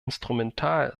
instrumental